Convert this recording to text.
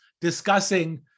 discussing